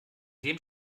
dem